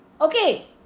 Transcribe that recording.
Okay